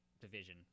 division